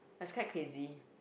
I quite crazy